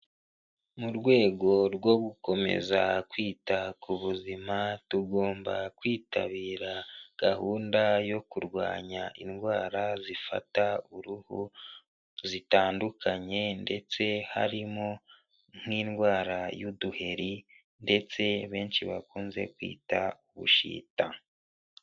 Mu rwego rwo gukomeza kwita ku buzima tugomba kwitabira gahunda yo kurwanya indwara zifata uruhu zitandukanye ndetse harimo nk'indwara y'uduheri ndetse benshi bakunze kwita ubushita.